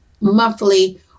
monthly